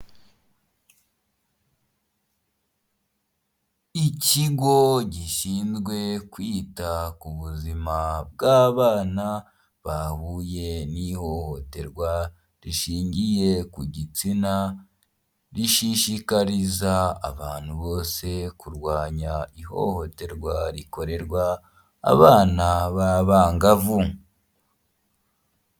Ikigo gishinzwe kwita ku buzima bw'abana bahuye n'ihohoterwa rishingiye ku gitsina, rishishikariza abantu bose kurwanya ihohoterwa rikorerwa abana babangavu.